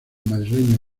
madrileño